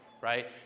right